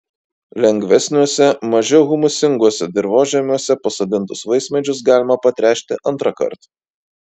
lengvesniuose mažiau humusinguose dirvožemiuose pasodintus vaismedžius galima patręšti antrąkart